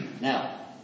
Now